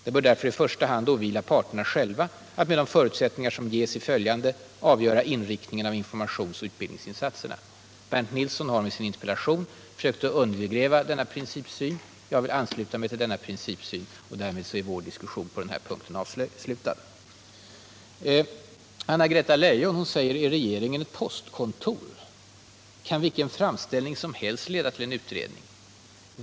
Det bör därför Nr 25 i första hand åvila parterna själva att med de förutsättningar som ges Fredagen den i det följande, avgöra inriktningen av informationsoch utbildningsin 11 november 1977 satserna.” Bernt Nilsson har med sin interpellation försökt undergräva denna Om planerade principiella syn. Men jag ansluter mig till den, och därmed är vår dis — ändringar i lagen kussion på den här punkten avslutad. om anställnings Anna-Greta Leijon frågar: Är regeringen ett postkontor? Kan vilken = skydd, m.m. framställning som helst leda till en utredning?